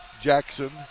Jackson